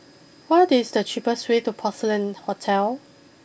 what is the cheapest way to Porcelain Hotel